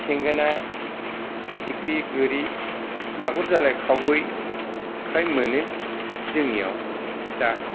थेंगोना फिथिख्रि गोरि मागुर जानाय खावै फ्राय मोनो जोंनियाव दा